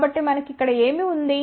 కాబట్టి మనకు ఇక్కడ ఏమి ఉంది